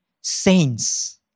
saints